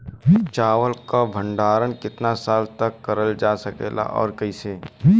चावल क भण्डारण कितना साल तक करल जा सकेला और कइसे?